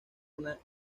una